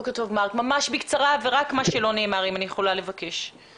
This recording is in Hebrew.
ממש בקצרה ורק מה שלא נאמר, אם אני יכולה לבקש.